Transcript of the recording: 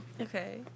Okay